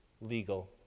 legal